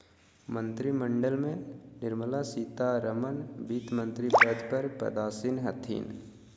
मंत्रिमंडल में निर्मला सीतारमण वित्तमंत्री पद पर पदासीन हथिन